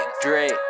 drake